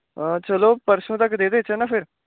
हां चलो परसों तक देई देच्चै ना फिर